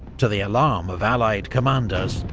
to the alarm of allied commanders,